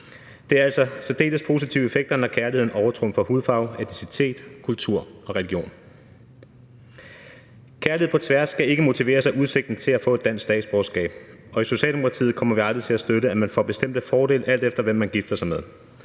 Der er altså særdeles positive effekter, når kærligheden overtrumfer hudfarve, etnicitet, kultur og religion. Kærlighed på tværs skal ikke motiveres af udsigten til at få et dansk statsborgerskab. Og i Socialdemokratiet kommer vi aldrig til at støtte, at man får bestemte fordele, alt efter hvem man gifter sig med.